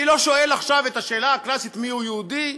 אני לא שואל עכשיו את השאלה הקלאסית מי יהודי,